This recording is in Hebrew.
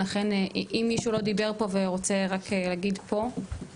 אם מישהו לא דיבר פה ורוצה רק להגיד פה,